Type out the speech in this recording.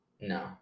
No